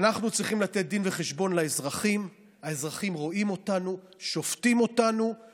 , שהביאו אותם לשדה התעופה לפגוש אותו.